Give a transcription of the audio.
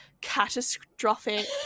catastrophic